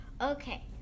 okay